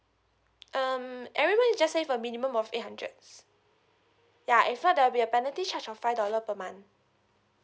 um every month you just save a minimum of eight hundred ya if not there will be a penalty charge of five dollar per month